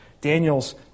Daniel's